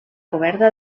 coberta